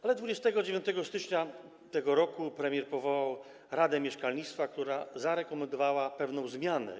Ale 29 stycznia tego roku premier powołał Radę Mieszkalnictwa, która zarekomendowała pewną zmianę.